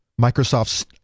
Microsoft's